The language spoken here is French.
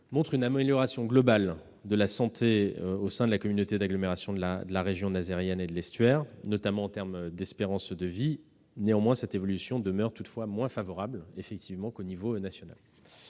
montrent une amélioration globale de la santé au sein de la communauté d'agglomération de la région nazairienne et de l'estuaire (Carene), notamment en termes d'espérance de vie. Cette évolution demeure toutefois moins favorable qu'au niveau national.